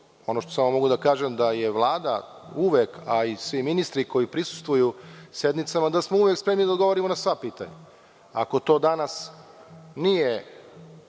Ono što mogu samo da kažem da je Vlada uvek i svi ministri koji prisustvuju sednicama da smo uvek spremni da odgovorimo na sva pitanja. Ako to danas nije